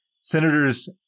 Senators